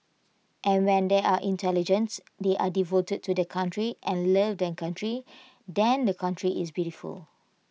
and when they are intelligent they are devoted to their country and love their country then the country is beautiful